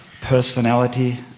personality